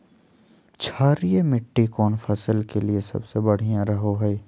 क्षारीय मिट्टी कौन फसल के लिए सबसे बढ़िया रहो हय?